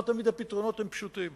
לא תמיד הפתרונות פשוטים.